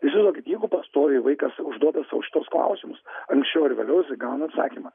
žinokit jeigu pastoviai vaikas užduoda sau šituos klausimus anksčiau ar vėliau jisai gauna atsakymą